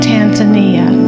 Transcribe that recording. Tanzania